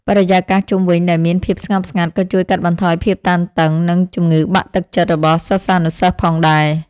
បរិយាកាសជុំវិញដែលមានភាពស្ងប់ស្ងាត់ក៏ជួយកាត់បន្ថយភាពតានតឹងនិងជំងឺបាក់ទឹកចិត្តរបស់សិស្សានុសិស្សផងដែរ។